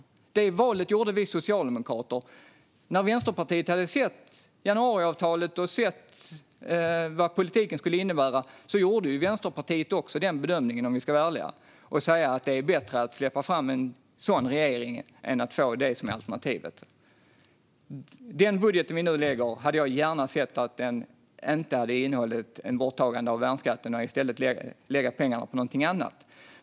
Det valet gjorde vi socialdemokrater. När Vänsterpartiet hade sett januariavtalet och vad den politiken skulle innebära gjorde Vänsterpartiet, om vi ska vara ärliga, också bedömningen att det var bättre att släppa fram en regering som slutit januariavtalet än alternativet. Jag hade gärna sett att den budget vi nu lägger fram inte hade innehållit borttagande av värnskatten och att vi i stället hade lagt de pengarna på något annat.